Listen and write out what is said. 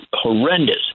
horrendous